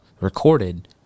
recorded